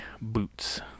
boots